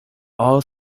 all